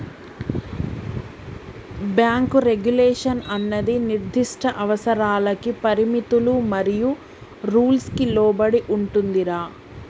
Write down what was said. bank regulation అన్నది నిర్దిష్ట అవసరాలకి పరిమితులు మరియు రూల్స్ కి లోబడి ఉంటుందిరా